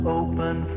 open